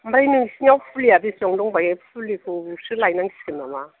ओमफ्राय नोंसोरनियाव फुलिया बेसेबां दंबावो फुलिखौसो लायनांसिगोन नामा